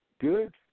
Good